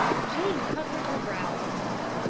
jean puckered her brows in thought.